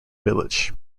village